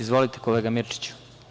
Izvolite, kolega Mirčiću.